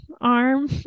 arm